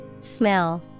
Smell